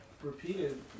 repeated